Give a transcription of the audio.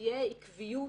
שתהיה עקביות